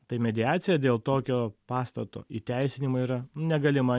tai mediacija dėl tokio pastato įteisinimo yra negalima